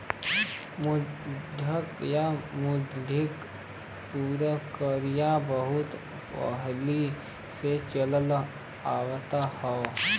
मड्डू या मड्डा परकिरिया बहुत पहिले से चलल आवत ह